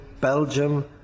Belgium